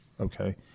okay